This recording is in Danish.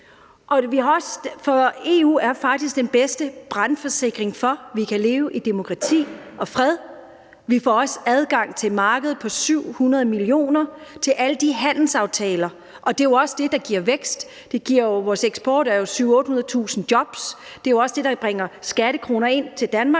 EU er faktisk den bedste brandforsikring for, at vi kan leve i demokrati og fred, og vi får også adgang til et marked med 700 millioner mennesker og til alle handelsaftalerne, og det er jo også det, der giver vækst. Vores eksport betyder 700.000-800.000 jobs, og det er jo også det, der bringer skattekroner ind til Danmark,